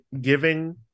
giving